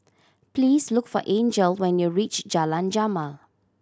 please look for Angel when you reach Jalan Jamal